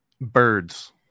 Birds